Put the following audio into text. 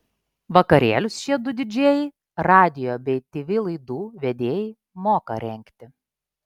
vakarėlius šie du didžėjai radijo bei tv laidų vedėjai moka rengti